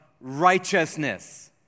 righteousness